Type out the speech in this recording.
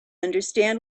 understand